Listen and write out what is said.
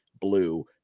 blue